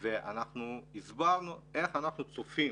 ואנחנו הסברנו איך אנחנו צופים